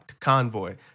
Convoy